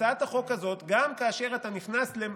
הצעת החוק הזאת, מאחר שהיא